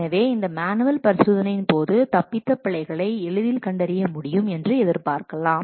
எனவே இந்த மேனுவல் பரிசோதனையின் போது தப்பித்த பிழைகளை எளிதில் கண்டறிய முடியும் என்று எதிர்பார்க்கலாம்